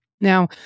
Now